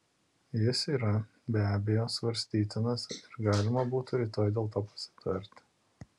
jis yra be abejo svarstytinas ir galima būtų rytoj dėl to pasitarti